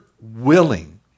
willing